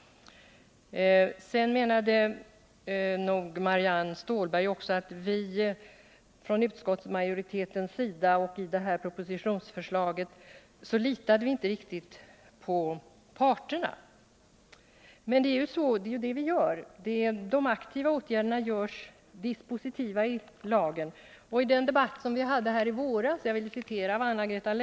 Sedan menade Marianne Stålberg att vi inom utskottsmajoriteten och regeringen genom sina propositionsförslag visar att vi inte riktigt litar på parterna. Men det gör vi. De aktiva åtgärderna görs dispositiva i lagen. Jag vill citera vad Anna-Greta Leijon anförde i debatten i våras.